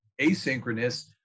asynchronous